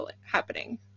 happening